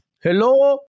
Hello